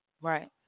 Right